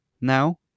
Now